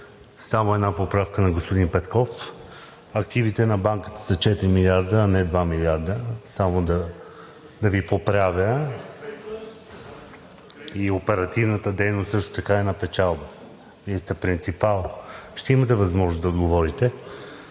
Само една поправка на господин Петков. Активите на банката са четири милиарда, а не два милиарда – само да Ви поправя. И оперативната дейност също така е на печалба. Вие сте принципал, ще имате възможност да отговорите.